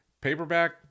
paperback